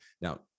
Now